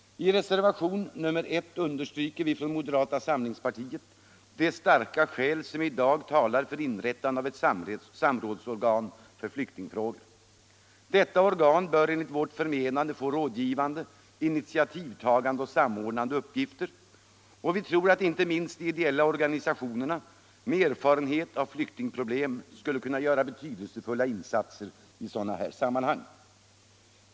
I reservationen 1 understryker vi från moderata samlingspartiet de star ka skäl som i dag talar för inrättande av eu samrådsorgan för flyktingfrågor. Detta organ bör enligt vårt förmenande få rådgivande, initiativtagande och samordnande uppgifter, och vi tror att inte minst ideclia organisationer med erfarenhet av flyktingproblem skulle kunna göra betydelsefulla insatser i sådana här sammanhang.